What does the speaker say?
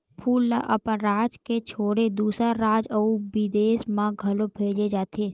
फूल ल अपन राज के छोड़े दूसर राज अउ बिदेस म घलो भेजे जाथे